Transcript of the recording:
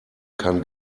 kann